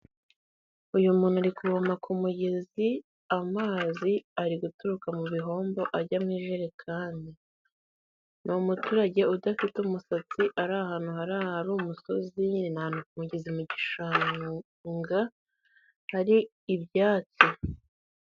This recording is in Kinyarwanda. Uyu muntu ari kuvoma ku mugezi, amazi ari guturuka mu bihombo ajya mu ijerekani. Ni umuturage udafite umusatsi uri ahantu hari umusozi nyine ni ahantu ku mugezi mu gishushanga hari ibyatsi.